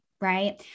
right